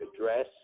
address